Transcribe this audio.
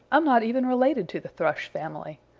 i'm not even related to the thrush family.